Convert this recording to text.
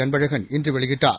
அன்பழகன் இன்று வெளியிட்டார்